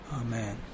Amen